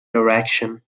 direction